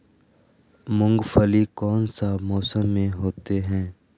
मूंगफली कौन सा मौसम में होते हैं?